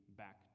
back